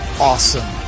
awesome